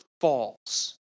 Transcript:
falls